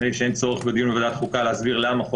ונדמה לי שאין צורך להסביר בוועדת החוקה למה זכות